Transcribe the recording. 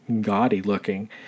gaudy-looking